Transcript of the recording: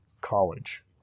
college